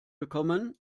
gekommen